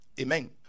Amen